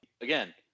Again